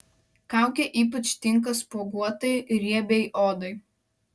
kaukė ypač tinka spuoguotai riebiai odai